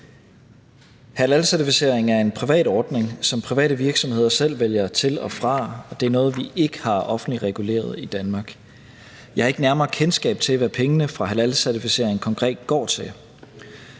Halalcertificering er en privat ordning, som private virksomheder selv vælger til og fra, og det er noget, vi ikke har offentligt reguleret i Danmark. Jeg har ikke nærmere kendskab til, hvad pengene fra halalcertificering konkret går til,